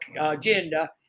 agenda